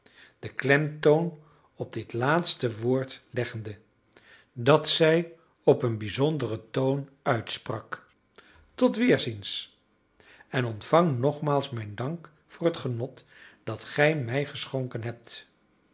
den klemtoon op dit laatste woord leggende dat zij op een bizonderen toon uitsprak tot weerziens en ontvang nogmaals mijn dank voor het genot dat gij mij geschonken hebt